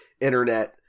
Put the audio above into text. internet